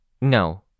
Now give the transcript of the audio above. No